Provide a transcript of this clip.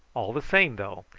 all the same, though,